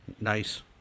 Nice